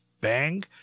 Bang